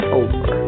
over